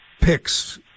picks